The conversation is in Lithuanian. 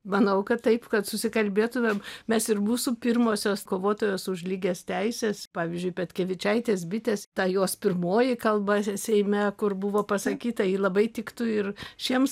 manau kad taip kad susikalbėtumėm mes ir mūsų pirmosios kovotojos už lygias teises pavyzdžiui petkevičaitės bitės ta jos pirmoji kalba seime kur buvo pasakyta ji labai tiktų ir šiems